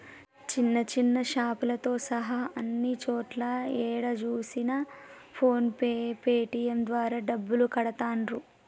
చిన్న చిన్న షాపులతో సహా అన్ని చోట్లా ఏడ చూసినా ఫోన్ పే పేటీఎం ద్వారా డబ్బులు కడతాండ్రు